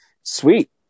Sweet